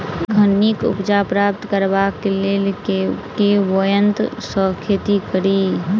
एखन नीक उपज प्राप्त करबाक लेल केँ ब्योंत सऽ खेती कड़ी?